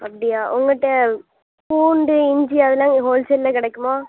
அப்படியா உங்கள்ட்ட பூண்டு இஞ்சி அதல்லாம் ஹோல்சேலில் கிடைக்குமா